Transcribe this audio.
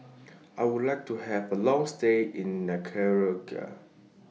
I Would like to Have A Long stay in Nicaragua